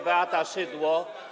Beata Szydło.